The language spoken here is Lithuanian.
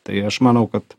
tai aš manau kad